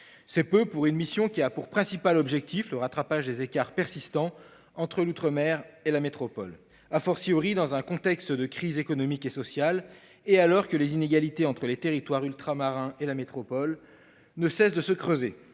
C'est peu pour une mission dont le principal objectif est le rattrapage des écarts persistants entre l'outre-mer et la métropole, dans un contexte de crise économique et sociale, et alors que les inégalités entre les territoires ultramarins et la métropole ne cessent de se creuser.